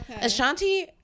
Ashanti